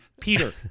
Peter